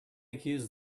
accuse